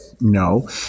No